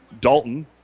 Dalton